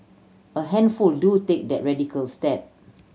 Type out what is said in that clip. a handful do take that radical step